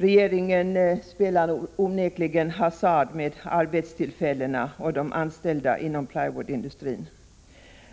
Regeringen spelar onekligen hasard med arbetstillfällena och de anställda inom plywoodindustrin.